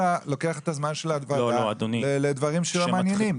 אתה לוקח את הזמן של הוועדה ולדברים שלא מעניינים,